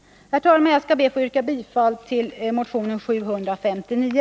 Herr talman! Jag skall be att få yrka bifall till motion 759.